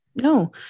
No